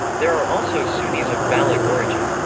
there are also sunnis of baloch origin.